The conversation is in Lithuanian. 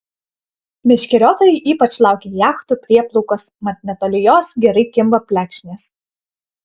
meškeriotojai ypač laukia jachtų prieplaukos mat netoli jos gerai kimba plekšnės